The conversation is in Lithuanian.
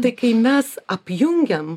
tai kai mes apjungiam